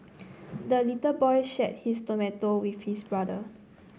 the little boy shared his tomato with his brother